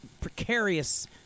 precarious